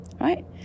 right